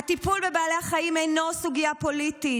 הטיפול בבעלי החיים אינו סוגיה פוליטית,